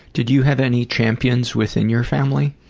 did you have any champions within your family?